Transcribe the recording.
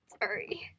Sorry